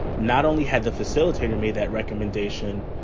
not only had the facilitator made that recommendation,